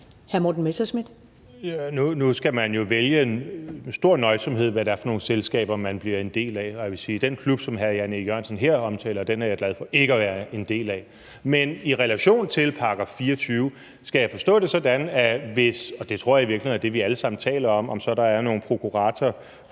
Nu skal man jo vælge med stor nøjsomhed, hvad det er for nogle selskaber, man bliver en del af. Og jeg vil sige, at den klub, som hr. Jan E. Jørgensen her omtaler, er jeg glad for ikke at være en del af. Men i relation til § 24: Skal jeg forstå det sådan, og det tror jeg i virkeligheden er det, vi alle sammen taler om – om der så er nogle prokuratorforhold,